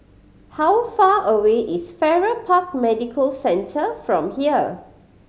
how far away is Farrer Park Medical Centre from here